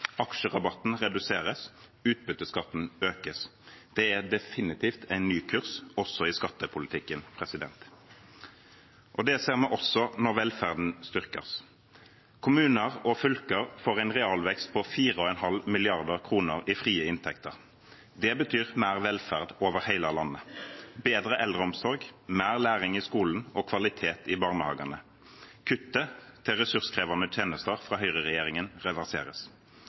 aksjerabatten reduseres, utbytteskatten økes. Det er definitivt en ny kurs, også i skattepolitikken. Det ser vi også når velferden styrkes. Kommuner og fylker får en realvekst på 4,5 mrd. kr i frie inntekter. Det betyr mer velferd over hele landet, bedre eldreomsorg, mer læring i skolen og kvalitet i barnehagene. Kuttet til ressurskrevende tjenester fra Høyre-regjeringen reverseres.